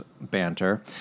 banter